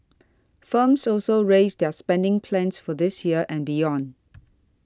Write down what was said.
firms also raised their spending plans for this year and beyond